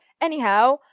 anyhow